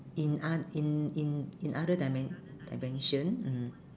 in a~ in in in other dimen~ dimension mm